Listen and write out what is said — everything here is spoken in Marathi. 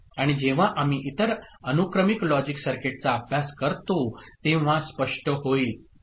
आणि जेव्हा आम्ही इतर अनुक्रमिक लॉजिक सर्किटचा अभ्यास करतो तेव्हा स्पष्ट होईल